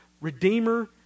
Redeemer